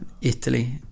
Italy